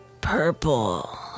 Purple